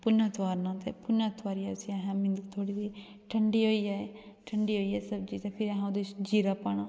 भुंञां तोआरना ते भुंञां तोआरियै ते फिर असें उसी ठंडी होई जाये ठंडी होइयै सब्ज़ी ते फिर असें ओह्दे च जीरा पाना